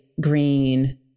green